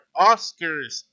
Oscars